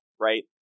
right